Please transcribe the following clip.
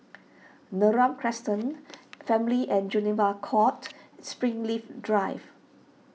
Neram Crescent Family and Juvenile Court Springleaf Drive